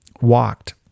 walked